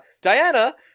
Diana